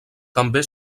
també